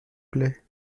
plait